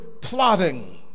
plotting